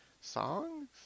songs